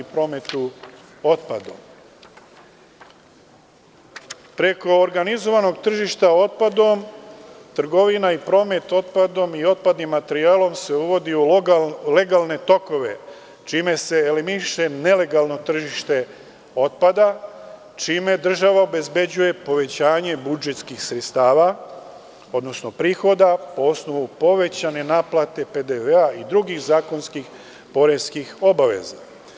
Preko organizovanog tržišta otpadom trgovina i promet otpadom i otpadnim materijalima se uvodi u legalne tokove čime se eliminiše nelegalno tržište otpada čime država obezbeđuje povećanje budžetskih sredstava odnosno prihoda po osnovu povećane naplate PDV i drugih zakonskih, poreskih obaveza.